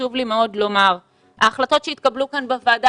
חשוב לי מאוד לומר שההחלטות שהתקבלו כאן בוועדה